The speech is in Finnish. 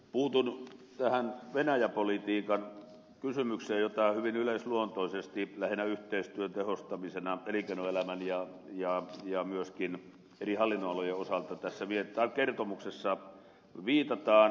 puutun tähän venäjä politiikan kysymykseen johon hyvin yleisluontoisesti lähinnä yhteistyön tehostamisena elinkeinoelämän ja myöskin eri hallinnonalojen osalta tässä kertomuksessa viitataan